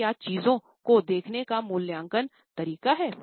तो यह चीजों को देखने का मूल्यांकन तरीका है